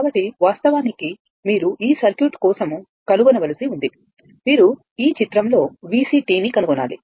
కాబట్టి వాస్తవానికి మీరు ఈ సర్క్యూట్ కోసం కనుగొనవలసి ఉంది మీరు ఈ చిత్రంలో VC ను కనుగొనాలి